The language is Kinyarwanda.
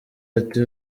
ati